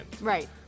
Right